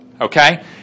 okay